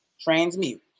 Transmute